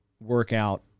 workout